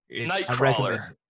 Nightcrawler